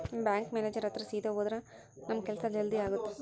bank manager ಹತ್ರ ಸೀದಾ ಹೋದ್ರ ನಮ್ ಕೆಲ್ಸ ಜಲ್ದಿ ಆಗುತ್ತೆ